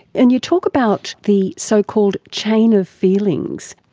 and you talk about the so-called chain of feelings.